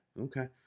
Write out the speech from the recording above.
Okay